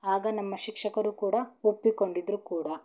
ಆಗ ನಮ್ಮ ಶಿಕ್ಷಕರು ಕೂಡ ಒಪ್ಪಿಕೊಂಡಿದ್ದರು ಕೂಡ